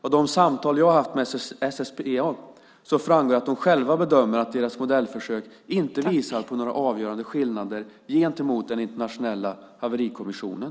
Av de samtal jag har haft med SSPA framgår att de själva bedömer att deras modellförsök inte visar på några avgörande skillnader gentemot den internationella haverikommissionen.